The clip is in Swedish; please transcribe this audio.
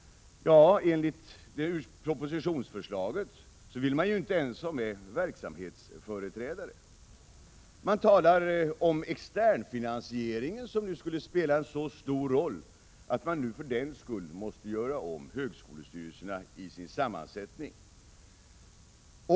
Ja, enligt propositionsförslaget vill man inte ens ha med verksamhetsföreträdare. Man talar om externfinansiering, som nu skulle spela en så stor roll att man för den skull måste göra om högskolestyrelsernas sammansättning.